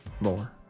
more